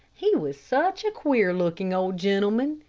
he was such a queer-looking old gentleman.